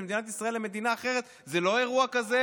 מדינת ישראל למדינה אחרת זה לא אירוע כזה,